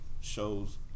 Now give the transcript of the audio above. shows